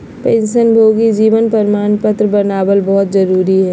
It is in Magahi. पेंशनभोगी जीवन प्रमाण पत्र बनाबल बहुत जरुरी हइ